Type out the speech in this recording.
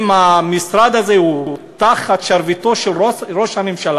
אם המשרד הזה הוא תחת שרביטו של ראש הממשלה,